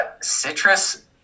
citrus